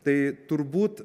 tai turbūt